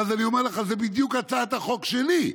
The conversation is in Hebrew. ואז אני אומר לך, זה בדיוק הצעת החוק שלי,